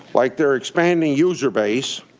like their expanding user base,